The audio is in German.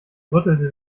rüttelte